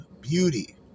beauty